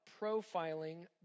profiling